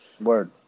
Word